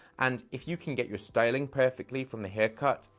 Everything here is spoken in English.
and if you can get your styling perfectly from the haircut,